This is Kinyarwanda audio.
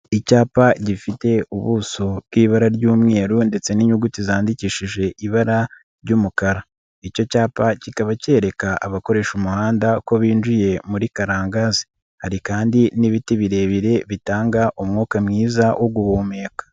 Icyapa gifite ubuso bw'ibara ry'umweru ndetse n'inyuguti zandikishije ibara ry'umukara, icyo cyapa kikaba kereka abakoresha umuhanda ko binjiye muri Karangazi hari kandi n'ibiti birebire bitanga umwuka mwiza wo guhumeka.